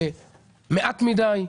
זה מעט מידי,